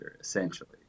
essentially